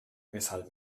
weshalb